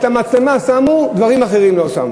את המצלמה שמו, דברים אחרים לא שמו.